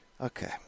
Okay